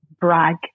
brag